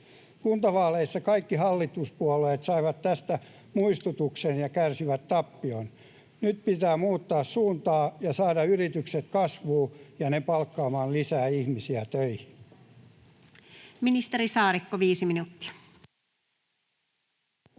Kuntavaaleissa kaikki hallituspuolueet saivat tästä muistutuksen ja kärsivät tappion. Nyt pitää muuttaa suuntaa ja saada yritykset kasvuun ja palkkaamaan lisää ihmisiä töihin.